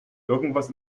irgendwas